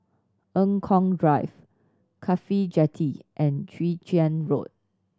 Eng Kong Drive CAFHI Jetty and Chwee Chian Road